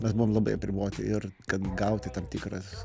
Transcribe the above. mes buvom labai apriboti ir kad gauti tam tikras